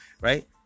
right